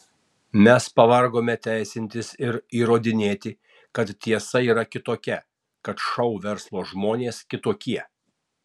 mes pavargome teisintis ir įrodinėti kad tiesa yra kitokia kad šou verslo žmonės kitokie